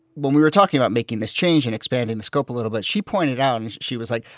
when we were talking about making this change and expanding the scope a little bit, she pointed out and she was like,